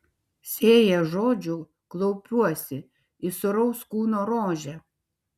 sėja žodžių klaupiuosi į sūraus kūno rožę